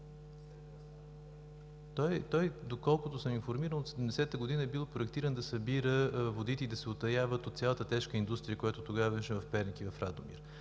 Доколкото съм информиран, от 1970 г. е бил проектиран да събира водите и да се утаяват от цялата тежка индустрия, която тогава имаше в Перник и в Радомир.